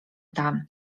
dan